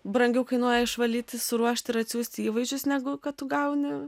brangiau kainuoja išvalyti suruošti ir atsiųsti įvaizdžius negu kad tu gauni